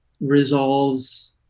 resolves